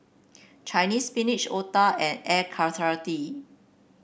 Chinese Spinach otah and air